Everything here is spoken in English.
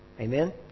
amen